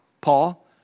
Paul